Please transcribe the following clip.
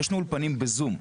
יש לנו אולפנים בזום,